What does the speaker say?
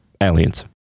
aliens